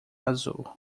azul